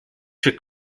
się